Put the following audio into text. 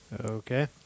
Okay